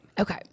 Okay